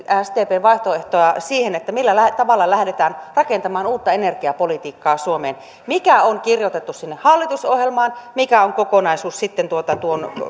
sdpn vaihtoehtoa siihen millä tavalla lähdetään rakentamaan uutta energiapolitiikkaa suomeen mikä on kirjoitettu sinne hallitusohjelmaan joka on kokonaisuus tuon